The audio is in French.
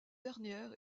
dernière